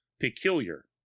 peculiar